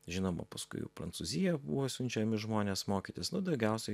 žinoma paskui jau prancūziją buvo siunčiami žmonės mokytis daugiausiai